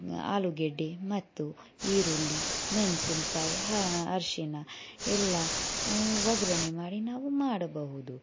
ಆಲೂಗಡ್ಡೆ ಮತ್ತು ಈರುಳ್ಳಿ ಮೆಣಸಿನ್ಕಾಯಿ ಅರಶಿನ ಎಲ್ಲ ಒಗ್ಗರಣೆ ಮಾಡಿ ನಾವು ಮಾಡಬಹುದು